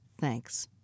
Thanks